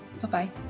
Bye-bye